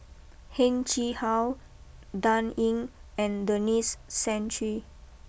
Heng Chee how Dan Ying and Denis Santry